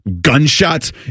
gunshots